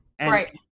Right